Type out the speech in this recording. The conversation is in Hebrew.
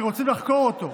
כי רוצים לחקור אותו.